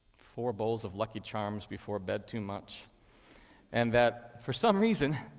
four bowls of lucky charms before bed too much and that for some reason,